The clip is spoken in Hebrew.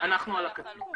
אנחנו על הקצה.